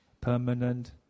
permanent